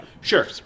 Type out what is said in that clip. Sure